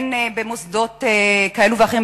הן במוסדות כאלו ואחרים,